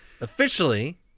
Officially